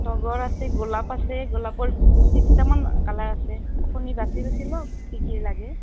তগৰ আছে গোলাপ আছে গোলাপৰ তিনিটামান কালাৰ আছে আপুনি বাছি বাছি লওক কি কি লাগে